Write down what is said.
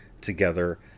together